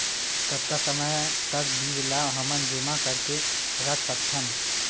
कतका समय तक बीज ला हमन जेमा करके रख सकथन?